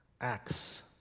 acts